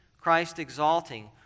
Christ-exalting